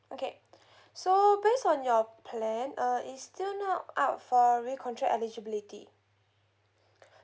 okay so based on your plan uh is still not up for recontract eligibility